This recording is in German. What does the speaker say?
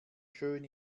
schön